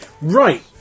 Right